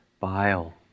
bile